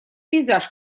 пейзаж